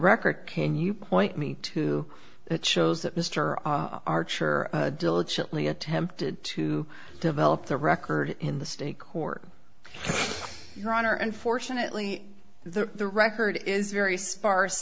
record can you point me to that shows that mr archer diligently attempted to develop the record in the state court your honor unfortunately the record is very sparse